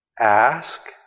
ask